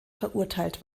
verurteilt